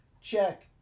Check